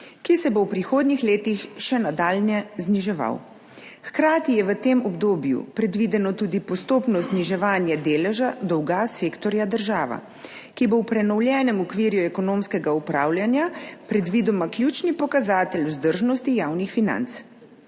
ki se bo v prihodnjih letih še nadalje zniževal. Hkrati je v tem obdobju predvideno tudi postopno zniževanje deleža dolga sektorja država, ki bo v prenovljenem okviru ekonomskega upravljanja predvidoma ključni pokazatelj vzdržnosti javnih financ.